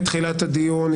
מיותר הצילום הזה.